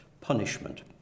punishment